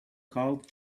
called